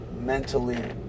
mentally